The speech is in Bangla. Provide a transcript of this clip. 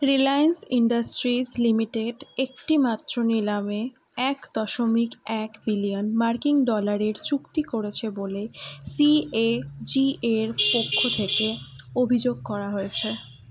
রিলায়েন্স ইণ্ডাস্ট্রিজ লিমিটেড একটিমাত্র নিলামে এক দশমিক এক বিলিয়ন মার্কিন ডলারের চুক্তি করেছে বলে সিএজিএর পক্ষ থেকে অভিযোগ করা হয়েছে